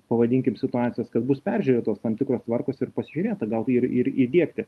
pavadinkim situacijos kad bus peržiūrėtos tam tikros tvarkos ir pasižiūrėt gal ir ir įdiegti